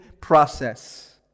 process